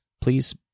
please